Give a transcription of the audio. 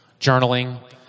journaling